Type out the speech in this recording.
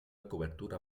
cobertura